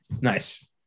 Nice